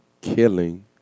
killing